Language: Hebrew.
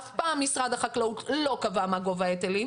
אף פעם משרד החקלאות לא קבע מה גובה ההיטלים,